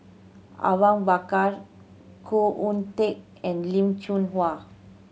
Awang Bakar Khoo Oon Teik and Lim Chong